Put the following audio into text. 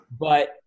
but-